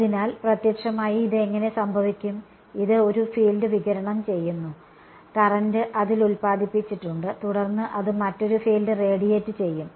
അതിനാൽ പ്രത്യക്ഷമായി ഇത് എങ്ങനെ സംഭവിക്കും ഇത് ഒരു ഫീൽഡ് വികിരണം ചെയ്യുന്നു കറന്റ് അതിൽ ഉല്പാദിപ്പിച്ചിട്ടുണ്ട് തുടർന്ന് അത് മറ്റൊരു ഫീൽഡ് റേഡിയേറ്റ് ചെയ്യും